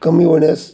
कमी होण्यास